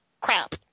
crap